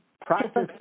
practice